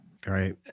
Great